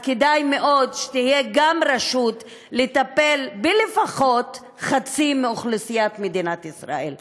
אז כדאי מאוד שתהיה גם רשות לטפל בחצי מאוכלוסיית מדינת ישראל לפחות.